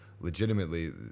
legitimately